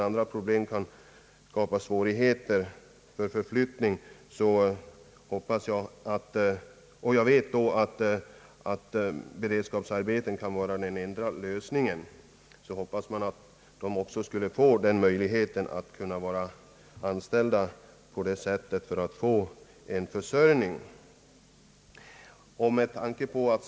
För den som kommit upp i åldrarna, den som har ett lyte eller den som drabbats av en skada och har uppenbara svårigheter att flytta till annan ort kan ett beredskapsarbete emellertid vara den enda lösningen.